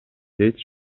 дейт